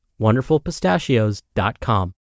wonderfulpistachios.com